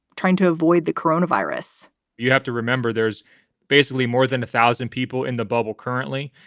trying to avoid the corona virus you have to remember there's basically more than a thousand people in the bubble currently.